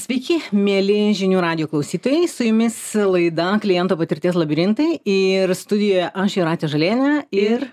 sveiki mieli žinių radijo klausytojai su jumis laida kliento patirties labirintai ir studijoje aš jūratė žalienė ir